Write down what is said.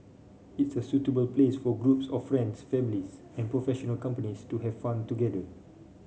it's a suitable place for groups of friends families and professional companies to have fun together